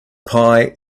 pie